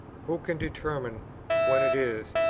who can determine when it is,